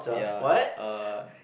ya err